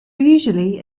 usually